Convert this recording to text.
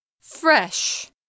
Fresh